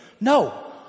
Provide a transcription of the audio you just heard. No